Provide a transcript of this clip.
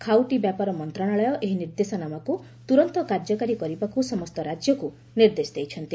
ଖାଉଟି ବ୍ୟାପାର ମନ୍ତ୍ରଣାଳୟ ଏହି ନିର୍ଦ୍ଦେଶନାମାକୁ ତୁରନ୍ତ କାର୍ଯ୍ୟକାରୀ କରିବାକୁ ସମସ୍ତ ରାଜ୍ୟକୁ ନିର୍ଦ୍ଦେଶ ଦେଇଛନ୍ତି